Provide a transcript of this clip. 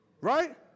Right